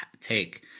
take